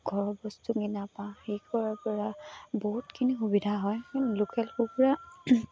ঘৰৰ বস্তু কিনাৰপৰা হেৰি কৰাৰপৰা বহুতখিনি সুবিধা হয় লোকেল কুকুৰা